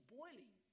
boiling